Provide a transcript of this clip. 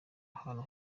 ahantu